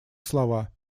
слова